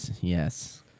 yes